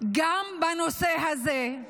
גם בנושא הזה,